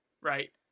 Right